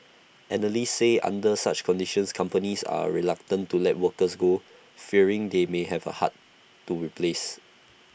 analysts say under such conditions companies are reluctant to let workers go fearing they may have for hard to replace